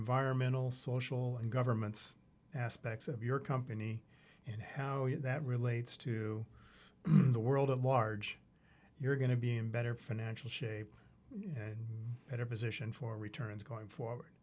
environmental social and governments aspects of your company and how that relates to the world at large you're going to be in better financial shape better position for returns going forward